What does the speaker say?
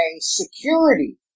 security